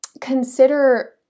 consider